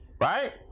right